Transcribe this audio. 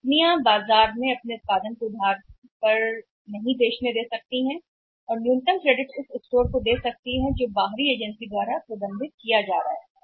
company credit पर बाजार में अपने उत्पादन के बाद नहीं बेचने या देने के लिए खर्च कर सकती है न्यूनतम क्रेडिट स्टोर है जिसे कुछ बाहरी एजेंसी द्वारा प्रबंधित किया जा रहा है